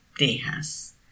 tejas